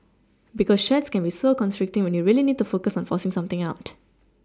because shirts can be so constricting when you really need to focus on forcing something out